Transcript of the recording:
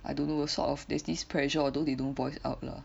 I don't know sort of there's this pressure although they don't voice out lah